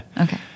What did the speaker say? Okay